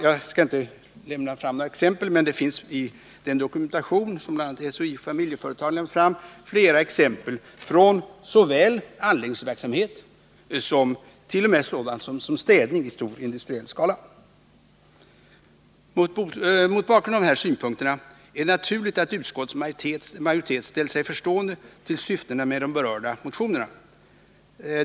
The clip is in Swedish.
Jag skall inte lämna några exempel, men det finns i den dokumentation som bl.a. SHIO Familjeföretagen lägger fram flera exempel från såväl anläggningsverksamhet som t.o.m. sådant som städning i stor industriell skala. Mot bakgrund av dessa synpunkter är det naturligt att utskottets majoritet ställt sig förstående till syftena med de berörda motionerna.